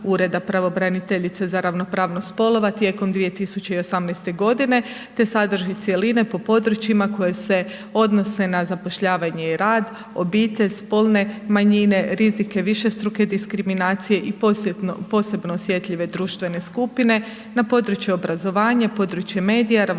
Ureda pravobraniteljice za ravnopravnost spolova tijekom 2018. godine te sadrži cjeline po područjima koje se odnose na zapošljavanje i rad, obitelj, spolne manjine, rizike višestruke diskriminacije i posebno osjetljive društvene skupine na području obrazovanja, područje medija, ravnopravnost